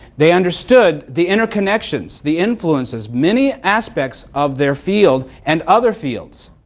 they understood the interconnections, the influences many aspects of their field, and other fields.